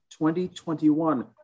2021